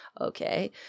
Okay